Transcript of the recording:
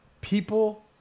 people